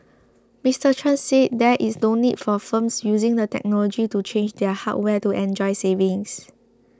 Mister Chen said there is no need for firms using the technology to change their hardware to enjoy savings